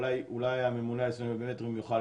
אולי הממונה על היישומים הביומטריים יוכל